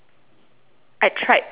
I tried pulling through